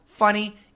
funny